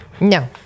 No